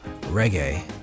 Reggae